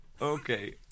Okay